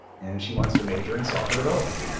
and she wants to major in software development.